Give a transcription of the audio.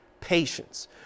patience